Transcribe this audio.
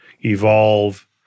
evolve